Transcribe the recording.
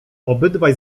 obydwaj